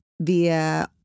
via